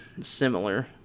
similar